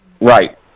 Right